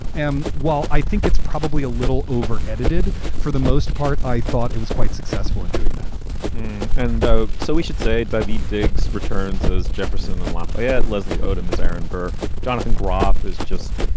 and while i think it's probably a little over edited for the most part, i thought it was quite successful in doing that and ah so we should say david dig's returns as jefferson and lafayette, leslie odom as aaron burr jonathan groff is just.